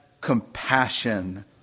compassion